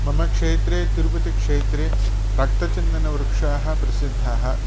मम क्षेत्रे तिरुपतिक्षेत्रे रक्तचन्दनवृक्षाः प्रसिद्धाः